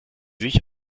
sich